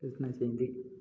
Krishna Jayanthi